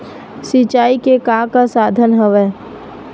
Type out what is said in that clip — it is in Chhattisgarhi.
सिंचाई के का का साधन हवय?